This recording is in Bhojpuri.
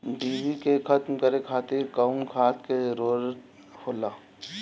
डिभी के खत्म करे खातीर कउन खाद के जरूरत होला?